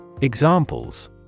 Examples